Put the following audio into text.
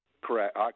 Correct